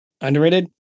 Underrated